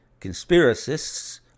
Conspiracists